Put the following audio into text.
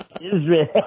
Israel